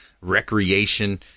recreation